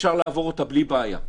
אפשר לעבור אותה בלי בעיה,